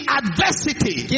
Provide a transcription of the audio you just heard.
adversity